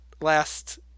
last